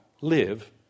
live